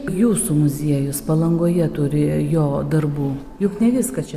jūsų muziejus palangoje turi jo darbų juk ne viską čia